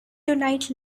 tonight